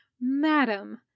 Madam